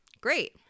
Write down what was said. Great